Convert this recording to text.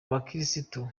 abakristo